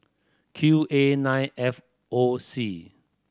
Q A Nine F O C